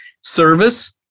Service